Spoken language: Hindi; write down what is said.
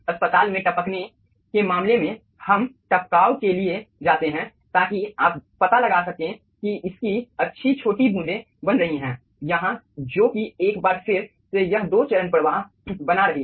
अस्पताल में टपकने के मामले में हम टपकाव के लिए जाते हैं ताकि आप पता लगा सकें कि इसकी अच्छी छोटी बूंदें बन रही है यहां जो कि एक बार फिर से यह दो चरण प्रवाह बना रही है